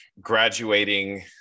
graduating